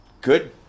good